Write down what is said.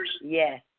Yes